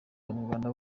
abanyarwanda